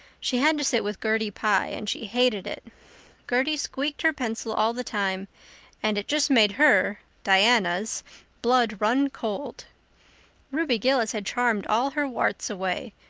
she had to sit with gertie pye and she hated it gertie squeaked her pencil all the time and it just made her diana's blood run cold ruby gillis had charmed all her warts away,